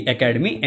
Academy